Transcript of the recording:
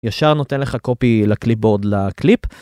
ישר נותן לך קופי לקליפ בורד לקליפ.